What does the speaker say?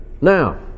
Now